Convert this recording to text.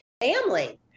family